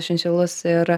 šinšilus ir